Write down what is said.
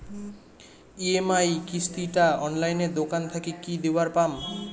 EMI কিস্তি টা অনলাইনে দোকান থাকি কি দিবার পাম?